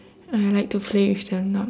and I like to play with them not